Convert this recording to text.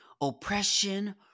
oppression